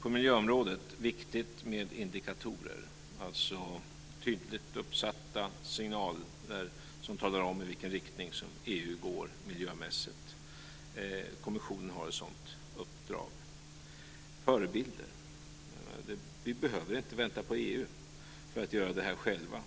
På miljöområdet är det viktigt med indikatorer, alltså tydligt uppsatta signaler som talar om i vilken riktning EU går miljömässigt. Kommissionen har ett sådant uppdrag. Vad gäller förebilder behöver vi inte vänta på EU för att göra det själva.